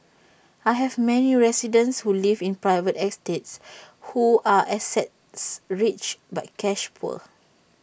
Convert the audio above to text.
I have many residents who live in private estates who are asset rich but cash poor